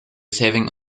saving